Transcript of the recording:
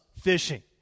fishing